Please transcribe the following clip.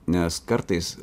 nes kartais